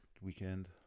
weekend